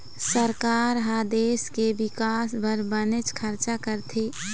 सरकार ह देश के बिकास बर बनेच खरचा करथे